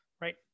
right